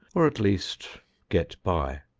or at least get by.